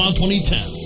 2010